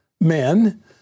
men